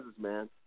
man